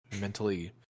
mentally